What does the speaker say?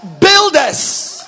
builders